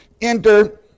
Enter